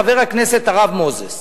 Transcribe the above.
חבר הכנסת הרב מוזס,